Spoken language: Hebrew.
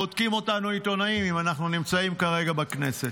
בודקים אותנו העיתונאים אם אנחנו נמצאים כרגע בכנסת,